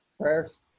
prayers